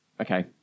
Okay